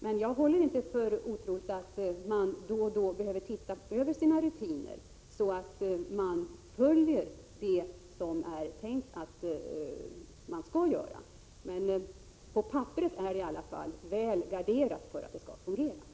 Men jag håller inte för otroligt att man då och då behöver se över sina rutiner för att följa upp att man gör det som det är tänkt att man skall göra. På papperet är det i alla fall väl garderat att allting skall fungera.